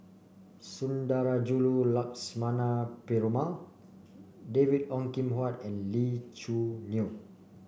Sundarajulu Lakshmana Perumal David Ong Kim Huat and Lee Choo Neo